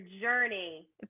journey